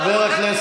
בתור חייל,